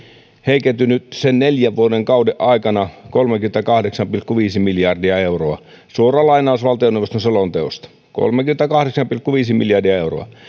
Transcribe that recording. heikentynyt edellisen neljän vuoden kauden aikana kolmekymmentäkahdeksan pilkku viisi miljardia euroa suora lainaus valtioneuvoston selonteosta kolmekymmentäkahdeksan pilkku viisi miljardia euroa